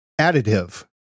additive